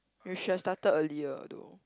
you should have started earlier though